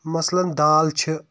مثلن دال چھِ